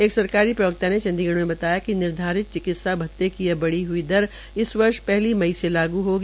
एक सरकारी प्रवक्ता ने चंडीगढ़ में बताया कि निर्धारित चिकित्सा भत्ते की यह बढ़ी हई दर इस वर्ष पहली मई से लागू होगी